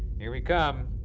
here we come.